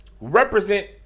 represent